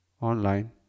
online